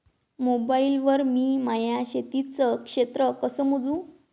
Mobile वर मी माया शेतीचं क्षेत्र कस मोजू?